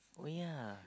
oh ya